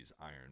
Iron